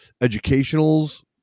educationals